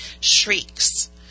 shrieks